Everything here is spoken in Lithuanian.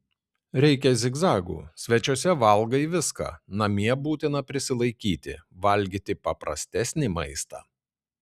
reikia zigzagų svečiuose valgai viską namie būtina prisilaikyti valgyti paprastesnį maistą